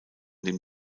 dem